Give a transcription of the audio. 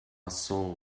sol